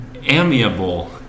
Amiable